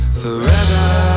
forever